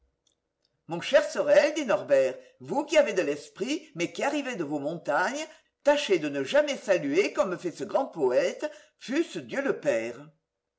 mon cher sorel dit norbert vous qui avez de l'esprit mais qui arrivez de vos montagnes tâchez de ne jamais saluer comme fait ce grand poète fût-ce dieu le père